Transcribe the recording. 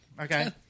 Okay